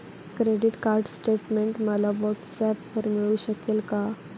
Credit card statement मला व्हॉट्सऍपवर मिळू शकेल का?